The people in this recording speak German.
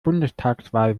bundestagswahl